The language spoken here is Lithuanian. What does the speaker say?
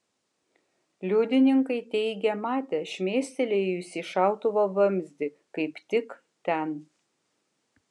liudininkai teigė matę šmėstelėjusį šautuvo vamzdį kaip tik ten